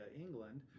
England